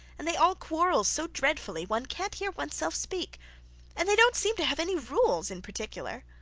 and they all quarrel so dreadfully one can't hear oneself speak and they don't seem to have any rules in particular